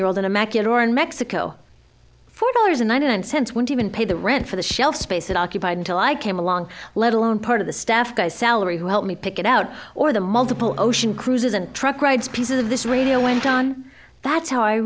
year old in a macular in mexico four dollars ninety nine cents won't even pay the rent for the shelf space it occupied until i came along let alone part of the staff guy salary who helped me pick it out or the multiple ocean cruises and truck rides pieces of this radio went on that's how i